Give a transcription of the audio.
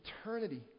eternity